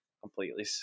completely